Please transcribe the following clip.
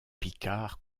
picard